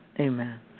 Amen